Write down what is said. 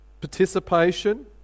Participation